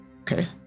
Okay